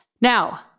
Now